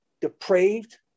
depraved